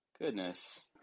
goodness